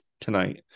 tonight